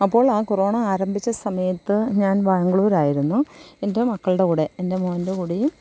അപ്പോൾ ആ കൊറോണ ആരംഭിച്ച സമയത്ത് ഞാൻ ബാംഗ്ലൂരായിരുന്നു എൻ്റെ മക്കളുടെ കൂടെ എൻ്റെ മോൻ്റെ കൂടെയും